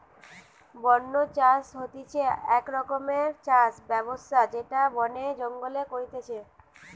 বন্য চাষ হতিছে আক রকমকার চাষ ব্যবস্থা যেটা বনে জঙ্গলে করতিছে